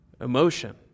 emotion